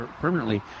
permanently